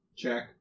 check